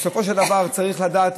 בסופו של דבר צריך לדעת,